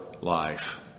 life